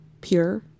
pure